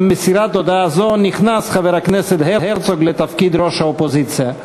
עם מסירת הודעה זו נכנס חבר הכנסת הרצוג לתפקיד ראש האופוזיציה.